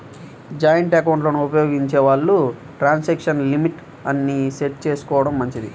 joint ఎకౌంట్లను ఉపయోగించే వాళ్ళు ట్రాన్సాక్షన్ లిమిట్ ని సెట్ చేసుకోడం మంచిది